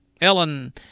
Ellen